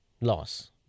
loss